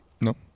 No